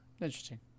interesting